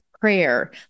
prayer